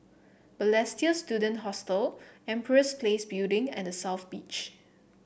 Balestier Student Hostel Empress Place Building and The South Beach